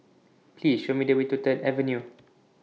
Please Show Me The Way to Third Avenue